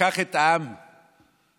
לקח את העם במדבר